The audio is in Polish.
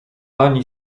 ani